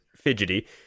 fidgety